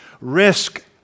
Risk